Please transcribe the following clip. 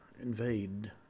invade